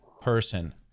person